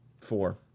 Four